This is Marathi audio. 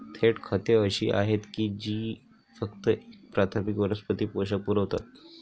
थेट खते अशी आहेत जी फक्त एक प्राथमिक वनस्पती पोषक पुरवतात